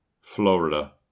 Florida